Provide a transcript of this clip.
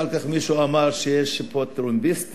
אחר כך מישהו אמר שיש פה טרמפיסטים,